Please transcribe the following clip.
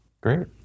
Great